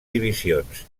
divisions